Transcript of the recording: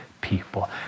people